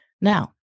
Now